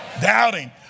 Doubting